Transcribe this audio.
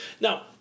Now